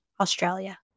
Australia